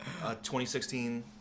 2016